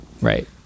Right